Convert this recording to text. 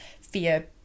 fear